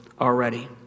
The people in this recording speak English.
already